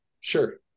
Sure